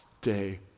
day